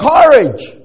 courage